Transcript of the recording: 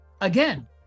again